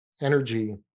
energy